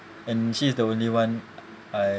and she is the only one I